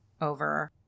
over